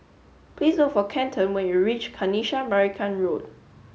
please look for Kenton when you reach Kanisha Marican Road